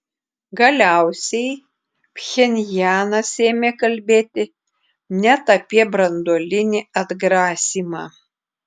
galiausiai pchenjanas ėmė kalbėti net apie branduolinį atgrasymą